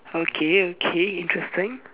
okay okay interesting